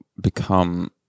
become